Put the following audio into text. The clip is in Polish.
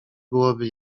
byłoby